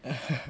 oo